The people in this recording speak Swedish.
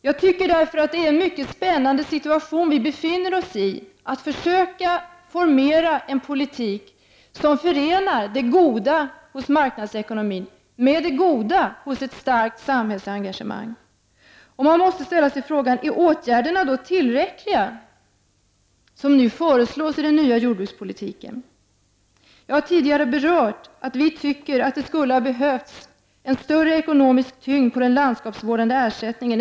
Jag tycker därför att det är en mycket spännande situation som vi befinner oss i när det gäller att försöka utforma en politik som förenar det goda hos marknadsekonomin med det goda hos ett starkt samhällsengagemang. Man måste dock fråga sig: Är de åtgärder tillräckliga som föreslås i den nya jordbrukspolitiken? Jag har tidigare sagt att vi tycker att det skulle ha behövts en större ekonomisk tyngd på den landskapsvårdande ersättningen.